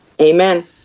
amen